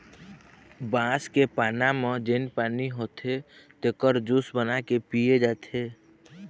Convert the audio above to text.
बांस के पाना म जेन पानी होथे तेखर जूस बना के पिए जाथे